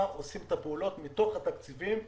עושים את הפעולות מתוך התקציבים שלהם.